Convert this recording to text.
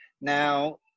Now